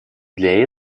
для